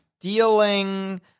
Dealing